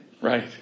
Right